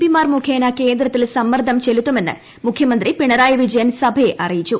P മാർ മുഖേന കേന്ദ്രത്തിൽ സമ്മർദ്ദം ചെലുത്തുമെന്ന് മുഖ്യമന്ത്രി പിണറായി വിജയൻ സഭയെ അറിയിച്ചു